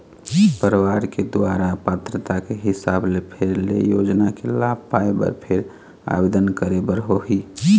परवार के दुवारा पात्रता के हिसाब ले फेर ले योजना के लाभ पाए बर फेर आबेदन करे बर होही